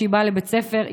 כשהיא באה לבית הספר,